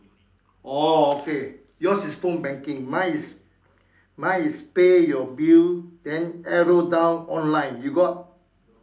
orh okay yours is phone banking my is my is pay your bill then arrow down online you got